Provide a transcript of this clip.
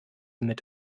mit